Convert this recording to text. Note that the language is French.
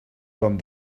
comme